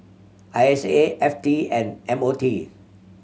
I S A F T and M O T